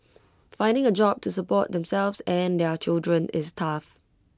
finding A job to support themselves and their children is tough